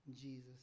Jesus